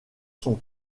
sont